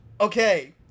Okay